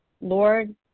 Lord